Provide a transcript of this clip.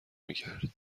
میکر